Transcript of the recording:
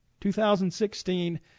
2016